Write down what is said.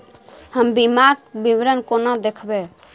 हम बीमाक विवरण कोना देखबै?